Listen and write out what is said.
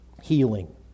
healing